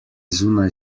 zunaj